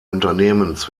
unternehmens